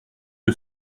que